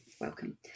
Welcome